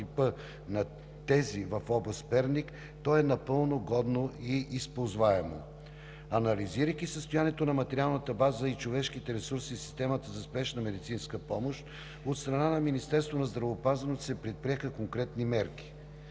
то е напълно годно и използваемо. Анализирайки състоянието на материалната база и човешките ресурси в системата за спешна медицинска помощ, от страна на Министерството на здравеопазването се предприеха конкретни мерки.